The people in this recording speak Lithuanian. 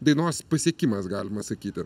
dainos pasiekimas galima sakyti